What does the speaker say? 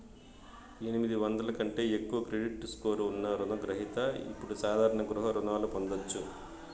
ఎనిమిది వందల కంటే ఎక్కువ క్రెడిట్ స్కోర్ ఉన్న రుణ గ్రహిత ఇప్పుడు సాధారణ గృహ రుణాలను పొందొచ్చు